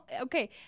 okay